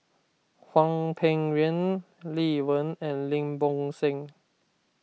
Hwang Peng Yuan Lee Wen and Lim Bo Seng